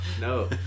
no